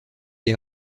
est